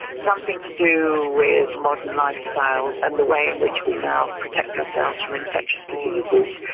something to do with modern lifestyles and the way in which we now protect ourselves from infectious diseases,